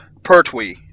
Pertwee